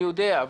אני יודע,